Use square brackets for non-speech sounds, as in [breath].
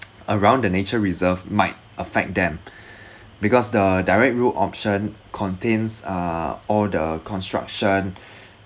[noise] around the nature reserve might affect them [breath] because the direct route option contains uh all the construction